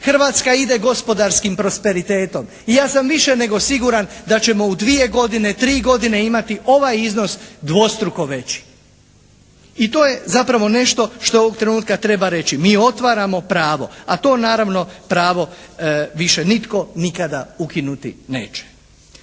Hrvatska ide gospodarskim prosperitetom. I ja sam više nego siguran da ćemo u dvije godine, tri godine imati ovaj iznos dvostruko veći. I to je zapravo nešto što ovog trenutka treba reći. Mi otvaramo pravo, a to naravno pravo više nitko nikada ukinuti neće.